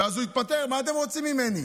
ואז, הוא התפטר, מה אתם רוצים ממני?